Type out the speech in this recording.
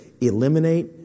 Eliminate